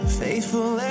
faithful